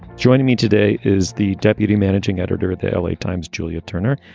joining me today is the deputy managing editor at the l a. times, julia turner.